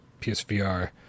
psvr